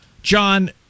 John